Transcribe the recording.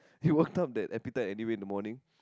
you worked up the appetite anyway in the morning